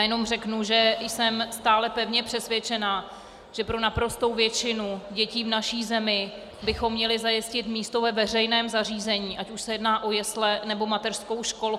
Jenom řeknu, že jsem stále pevně přesvědčená, že pro naprostou většinu dětí v naší zemi bychom měli zajistit místo ve veřejném zařízení, ať už se jedná o jesle, nebo mateřskou školku.